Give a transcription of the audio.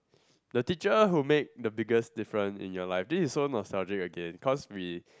the teacher who make the biggest difference in your life this is so nostalgic again cause we